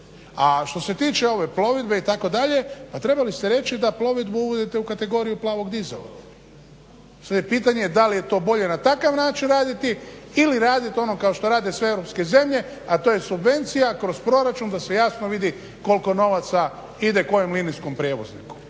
A što se tiče ove plovidbe itd., pa trebali ste reći da plovidbu uvodite u kategoriju plavog dizela. Sad je pitanje da li je to bolje na takav način raditi ili radit ono kao što rade sve europske zemlje, a to je subvencija kroz proračun da se jasno vidi koliko novaca ide kojom linijsko prijevozniku